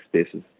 spaces